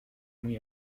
muy